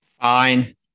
Fine